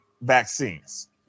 vaccines